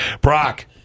Brock